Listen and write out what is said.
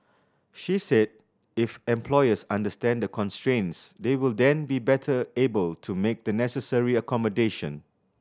she said if employers understand the constraints they will then be better able to make the necessary accommodation